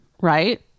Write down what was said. right